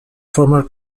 former